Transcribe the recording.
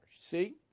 See